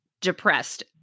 depressed